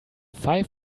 five